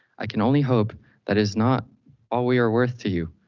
i can only hope that is not all we are worth to you.